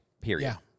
Period